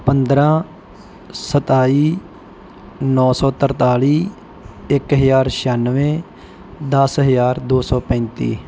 ਪੰਦਰਾਂ ਸਤਾਈ ਨੌਂ ਸੌ ਤਰਤਾਲੀ ਇੱਕ ਹਜ਼ਾਰ ਛਿਆਨਵੇਂ ਦਸ ਹਜ਼ਾਰ ਦੋ ਸੌ ਪੈਂਤੀ